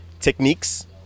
techniques